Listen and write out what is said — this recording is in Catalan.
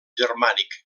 germànic